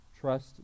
trust